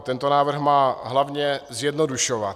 Tento návrh má hlavně zjednodušovat.